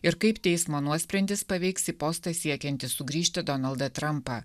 ir kaip teismo nuosprendis paveiks į postą siekiantį sugrįžti donaldą trampą